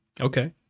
Okay